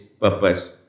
purpose